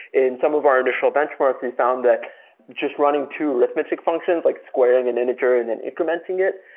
in some of our initial benchmarks we found that just running two arithmetic functions like squaring an integer and then incrementing it,